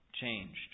changed